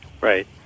Right